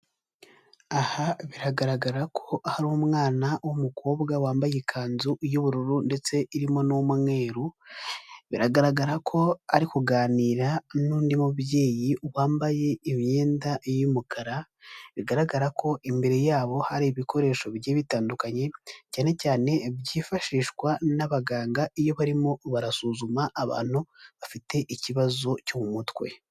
Aha biragaragara ko hari umwana w'umukobwa wambaye ikanzu y'ubururu ndetse irimo n'umweru, biragaragara ko ari kuganira n'undi mubyeyi wambaye imyenda y'umukara, bigaragara ko imbere yabo hari ibikoresho bigiye bitandukanye, cyane cyane byifashishwa n'abaganga iyo barimo barasuzuma abantu bafite ikibazo cyo mu mutwe.